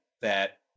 that-